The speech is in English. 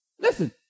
Listen